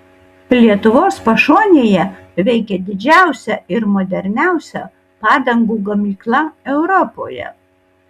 lietuvos pašonėje veikia didžiausia ir moderniausia padangų gamykla europoje